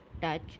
touch